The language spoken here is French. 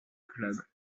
club